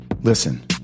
Listen